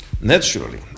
Naturally